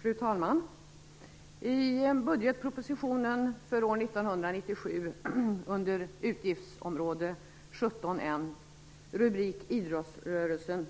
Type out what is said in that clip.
Fru talman! I budgetpropositionen för år 1997, står det under utgiftsområde N 17, rubriken Idrottsrörelsen: